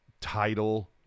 title